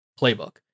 playbook